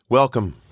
Welcome